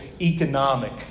economic